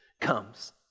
comes